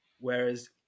Whereas